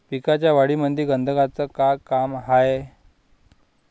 पिकाच्या वाढीमंदी गंधकाचं का काम हाये?